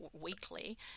weekly